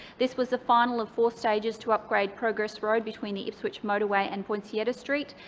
this was the final of four stages to upgrade progress road between the ipswich motorway and poinsettia street.